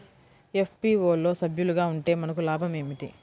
FPO లో సభ్యులుగా ఉంటే మనకు లాభం ఏమిటి?